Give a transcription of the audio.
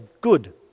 good